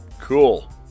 cool